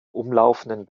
umlaufenden